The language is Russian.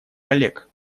коллег